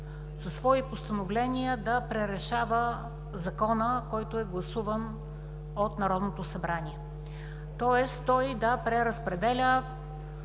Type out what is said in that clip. със свои постановления да пререшава Закона, който е гласуван от Народното събрание, тоест той да преразпределя